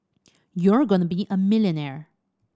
you're going to be a millionaire